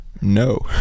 No